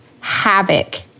havoc